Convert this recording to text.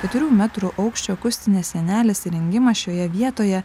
keturių metrų aukščio akustinės sienelės įrengimas šioje vietoje